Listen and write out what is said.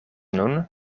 nun